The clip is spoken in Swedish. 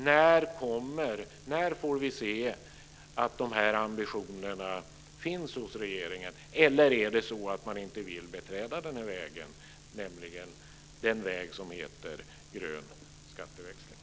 När får vi se att de ambitionerna finns hos regeringen, eller är det så att man inte vill beträda den väg som heter grön skatteväxling?